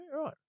right